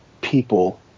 people